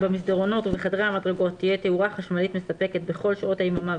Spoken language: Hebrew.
במסדרונות ובחדרי המדרגות תהיה תאורה חשמלית מספקת בכל שעות היממה,